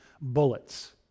bullets